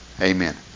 Amen